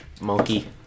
Monkey